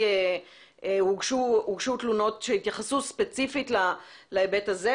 הוגשו תלונות שהתייחסו ספציפית להיבט הזה,